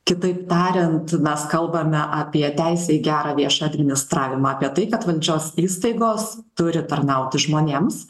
kitaip tariant mes kalbame apie teisę į gerą viešą administravimą apie tai kad valdžios įstaigos turi tarnauti žmonėms